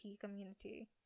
community